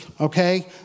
okay